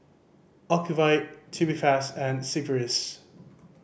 Ocuvite Tubifast and Sigvaris